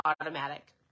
automatic